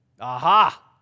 Aha